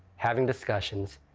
having discussions,